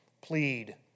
plead